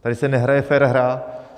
Tady se nehraje fér hra.